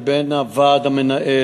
בין הוועד המנהל,